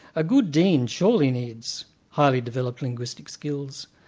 a good dean surely needs highly developed linguistic skills,